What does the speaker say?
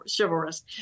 chivalrous